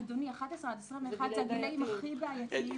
אדוני, 11 עד 21 זה הגילאים הכי בעייתיים.